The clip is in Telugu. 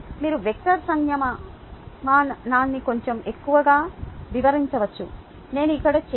మీరు వెక్టర్ సంజ్ఞామానాన్ని కొంచెం ఎక్కువగా వివరించవచ్చు నేను ఇక్కడ చేయను